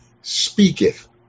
speaketh